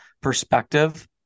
perspective